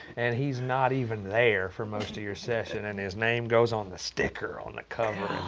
and he's not even there for most of your session. and his name goes on the sticker on the cover